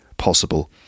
Possible